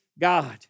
God